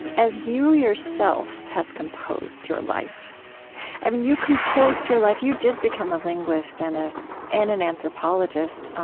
as you yourself have composed your life i mean you composed your life. you did become a linguist and ah and an anthropologist,